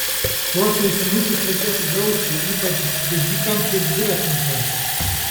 tuos ausinukus reikėtų drausti ypač bėgikams ir dviratininkams